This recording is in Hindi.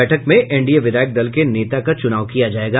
बैठक में एनडीए विधायक दल के नेता का चुनाव किया जायेगा